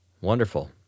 Wonderful